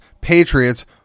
patriots